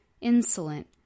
insolent